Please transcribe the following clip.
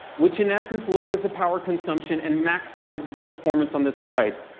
which in essence lowers the power consumption and maximizes the performance on this device.